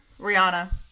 Rihanna